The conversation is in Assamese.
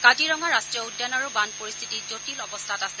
কাজিৰঙা ৰাষ্ট্ৰীয় উদ্যানৰো বান পৰিস্থিতি জটিল অৱস্থাত আছে